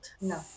No